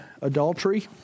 adultery